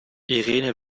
irene